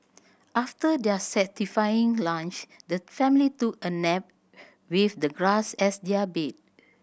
after their satisfying lunch the family took a nap with the grass as their bed